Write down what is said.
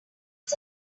was